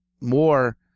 more